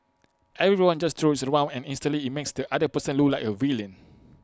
everyone just throws IT around and instantly IT makes the other person look like A villain